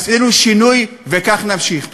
עשינו שינוי, וכך נמשיך.